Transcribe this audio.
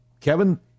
Kevin